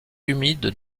humides